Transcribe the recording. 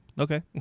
Okay